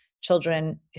children